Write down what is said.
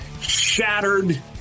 shattered